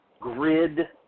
grid